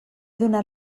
donat